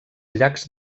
llacs